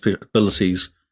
abilities